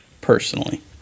personally